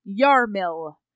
Yarmil